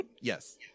Yes